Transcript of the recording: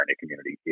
community